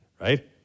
right